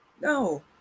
No